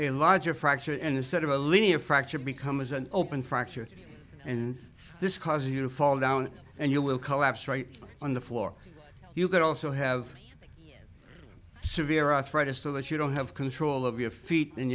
a larger fracture and instead of a linear fracture becomes an open fracture and this causes you to fall down and you will collapse right on the floor you could also have severe arthritis or less you don't have control of your feet and